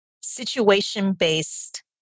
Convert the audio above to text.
situation-based